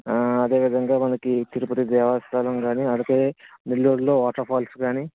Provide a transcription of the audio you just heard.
అదే విధంగా మనకి తిరుపతి దేవస్థానం కాని లేకపోతే నెల్లూర్లో వాటర్ఫాల్స్ కాని